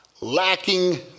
lacking